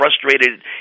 frustrated